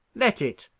let it.